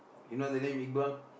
you know that name Iqbal